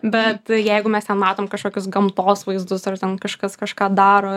bet jeigu mes ten matom kažkokius gamtos vaizdus ar ten kažkas kažką daro